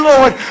Lord